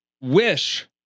wish